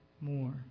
more